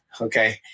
Okay